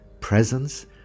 presence